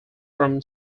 from